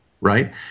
right